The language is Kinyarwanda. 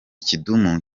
kidumu